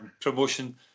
promotion